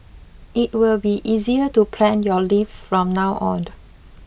it will be easier to plan your leave from now on